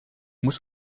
muss